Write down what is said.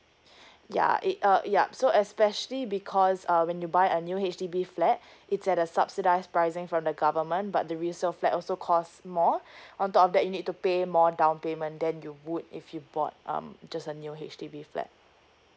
ya it uh it yup so especially because uh when you buy a new H_D_B flat it's at the subsidize pricing from the government but the resale flat also cost more on top of that you need to pay more down payment than you would if you bought um just a new H_D_B flat